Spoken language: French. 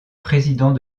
président